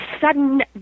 sudden